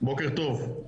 סושרד